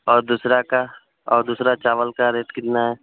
औ दूसरा का और दूसरा चावल का रेट कितना है